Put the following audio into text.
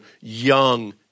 young